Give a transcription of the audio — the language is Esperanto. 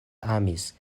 amis